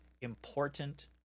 important